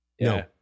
no